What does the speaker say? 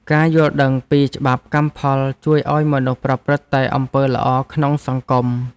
ការយល់ដឹងពីច្បាប់កម្មផល ជួយឱ្យមនុស្សប្រព្រឹត្តតែអំពើល្អក្នុងសង្គម។